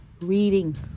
reading